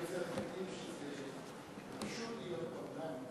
אני יוצר תקדים שזה רשות להיות באולם.